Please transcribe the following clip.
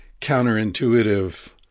counterintuitive